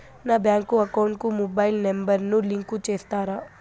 నా bank account కు mobile number ను లింకు చేస్తారా?